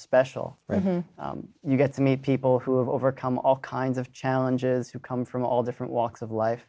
special you get to meet people who have overcome all kinds of challenges who come from all different walks of life